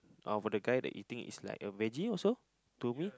uh for that guy the eating is like a veggie also to me